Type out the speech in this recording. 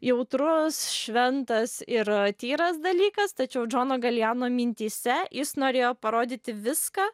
jautrus šventas ir tyras dalykas tačiau džono galijano mintyse jis norėjo parodyti viską